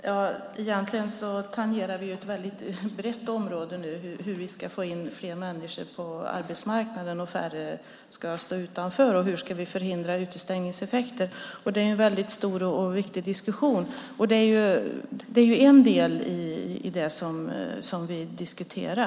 Herr talman! Egentligen tangerar vi ett väldigt brett område nu - hur vi ska få in fler människor på arbetsmarknaden och få färre som står utanför. Och hur ska vi förhindra utestängningseffekter? Det är en stor och viktig diskussion, och det är en del i det som vi diskuterar.